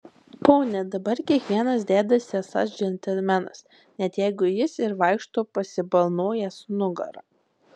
pone dabar kiekvienas dedasi esąs džentelmenas net jeigu jis ir vaikšto pasibalnojęs nugarą